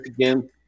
again